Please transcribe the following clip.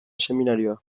seminarioa